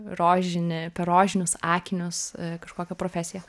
rožinį per rožinius akinius kažkokią profesiją